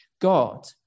God